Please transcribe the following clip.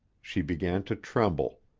she began to tremble.